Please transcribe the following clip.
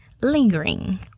lingering